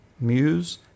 Muse